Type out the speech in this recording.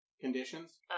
conditions